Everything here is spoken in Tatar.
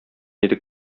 идек